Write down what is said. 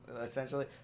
Essentially